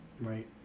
right